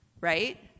Right